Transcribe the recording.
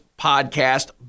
Podcast